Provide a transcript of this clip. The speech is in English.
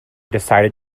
decided